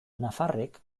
nafarrek